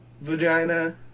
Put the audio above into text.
Vagina